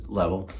level